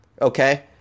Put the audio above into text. okay